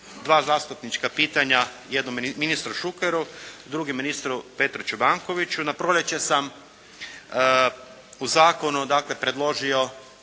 dva zastupnička pitanja, jedno ministru Šukeru, drugo ministru Petru Čobankoviću. Na proljeće sam u zakonu dakle predložio